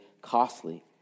costly